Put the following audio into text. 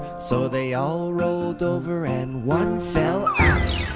so they all rolled over and one fell out.